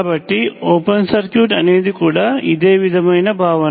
కాబట్టి open circuit అనేది కూడా ఇదే విధమైన భావన